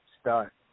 start